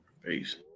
Peace